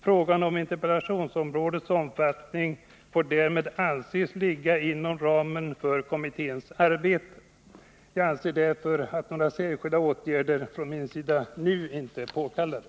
Frågan om interpellationsområdets omfattning får därmed anses ligga inom ramen för kommitténs uppdrag. Jag anser därför att några särskilda åtgärder från min sida nu inte är påkallade.